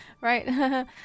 right